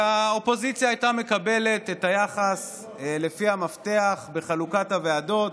האופוזיציה הייתה מקבלת את היחס לפי המפתח בחלוקת הוועדות,